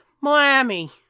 Miami